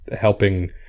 helping